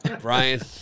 Brian